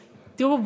תראו,